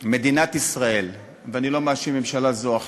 מדינת ישראל, ואני לא מאשים ממשלה זו או אחרת,